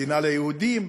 מדינה ליהודים,